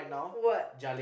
what